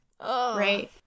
Right